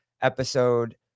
episode